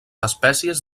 espècies